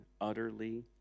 utterly